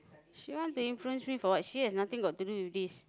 she want to influence me for what she has nothing got to do with this